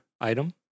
item